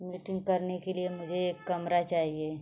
meeting करने के लिए मुझे एक कमरा चाहिए